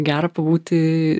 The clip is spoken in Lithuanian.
gera pabūti